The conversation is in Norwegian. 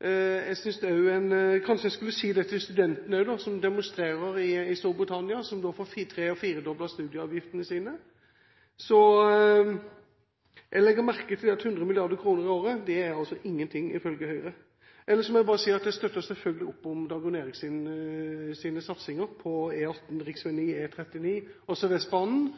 en også skulle si det til studentene i Storbritannia, som demonstrerer, og som får tre- og firedoblet studieavgiften sin. Jeg legger merke til at 100 mrd. kr i året er ingenting – ifølge Høyre. Ellers vil jeg bare si at jeg selvfølgelig støtter Dagrun Eriksens satsing på E18, rv. 9, E39 og SørVestBanen.